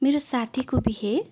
मेरो साथीको बिहे